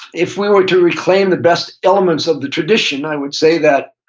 if we were to reclaim the best elements of the tradition, i would say that